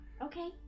Okay